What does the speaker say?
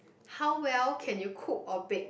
how well can you cook or bake